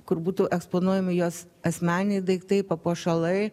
kur būtų eksponuojami jos asmeniniai daiktai papuošalai